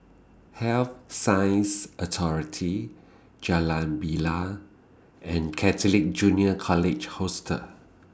Health Sciences Authority Jalan Bilal and Catholic Junior College Hostel